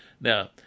Now